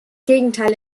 gegenteil